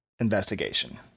investigation